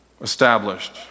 established